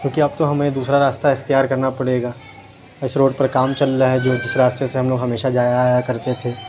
کیوں کہ اب تو ہمیں دوسرا راستہ اختیار کرنا پڑے گا اِس روڈ پر کام چل رہا ہے جو جس راستہ سے ہم لوگ ہمیشہ جایا آیا کرتے تھے